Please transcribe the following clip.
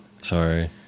Sorry